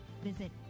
visit